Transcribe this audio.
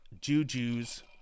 jujus